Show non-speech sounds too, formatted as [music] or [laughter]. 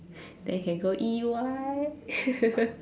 then you can go E_Y [laughs]